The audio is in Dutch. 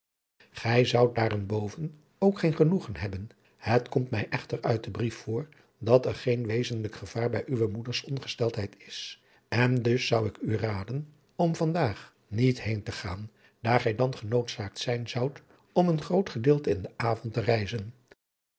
gij zoudt daarenboven ook geen genoegen hebben het komt mij echter uit den brief voor dat er geen wezenlijk gevaar bij uwe moeders ongesteldheid is en dus zou ik u raden om van daag niet heen te gaan daar gij dan genoodzaakt zijn zoudt om een groot gedeelte in den avond te reizen